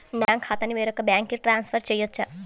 నా బ్యాంక్ ఖాతాని వేరొక బ్యాంక్కి ట్రాన్స్ఫర్ చేయొచ్చా?